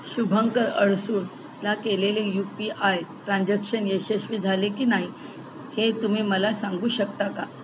शुभंकर अडसूळला केलेले U P I transaction यशस्वी झाले की नाही हे तुम्ही मला सांगू शकता का